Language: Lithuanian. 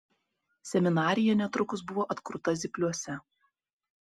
seminarija netrukus buvo atkurta zypliuose